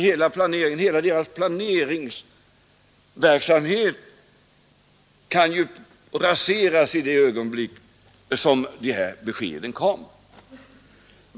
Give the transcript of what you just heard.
Hela deras planeringsverksamhet kan ju raseras i det ögonblick som de här beskeden kommer.